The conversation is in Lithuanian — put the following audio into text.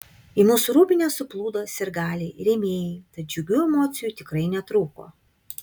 į mūsų rūbinę suplūdo sirgaliai rėmėjai tad džiugių emocijų tikrai netrūko